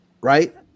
right